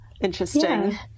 interesting